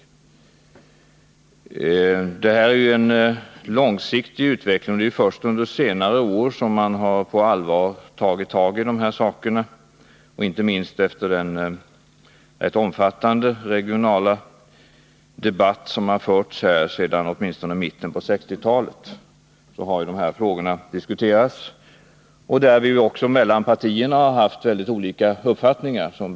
Detta är konsekvensen av en långsiktig utveckling. Det är först under senare år som man på allvar har tagit tag i de här frågorna, inte minst efter den rätt omfattande regionala debatt som har förts åtminstone sedan mitten av 1960-talet, där ju de här frågorna har diskuterats och där vi som bekant också mellan partierna har haft mycket olika uppfattningar.